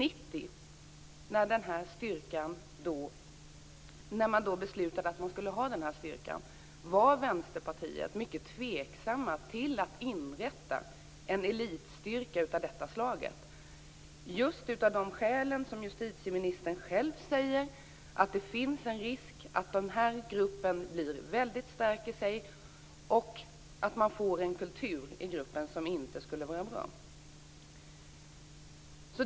År 1990, när man beslutade att man skulle ha den här styrkan, var Vänsterpartiet mycket tveksamt till att inrätta en elitstyrka av det här slaget. Vi var det just av de skäl som justitieministern själv tar upp; att det finns en risk att den här gruppen blir väldigt stark i sig och att man får en kultur i gruppen som inte skulle vara bra.